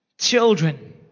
Children